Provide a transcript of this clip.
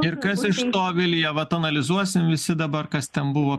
ir kas iš to vilija vat analizuosim visi dabar kas ten buvo